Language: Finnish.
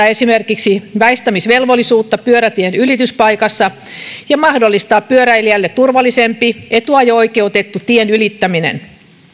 esimerkiksi väistämisvelvollisuutta pyörätien ylityspaikassa ja mahdollistaa pyöräilijälle turvallisempi etuajo oikeutettu tien ylittäminen